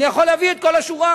אני יכול להביא את כל השורה.